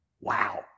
Wow